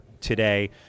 today